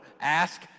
Ask